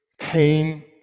pain